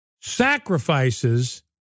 sacrifices